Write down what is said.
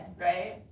right